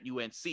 UNC